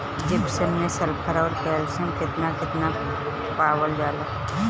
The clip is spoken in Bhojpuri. जिप्सम मैं सल्फर औरी कैलशियम कितना कितना पावल जाला?